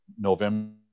November